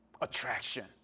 attraction